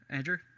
Andrew